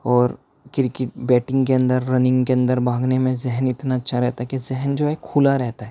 اور cricket batting کے اندر رننگ کے اندر بھاگنے میں ذہن اتنا اچھا رہتا ہے کہ ذہن جو ہے کھلا رہتا ہے